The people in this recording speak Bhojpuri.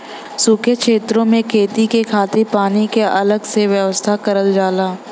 सूखे छेतरो में खेती के खातिर पानी क अलग से व्यवस्था करल जाला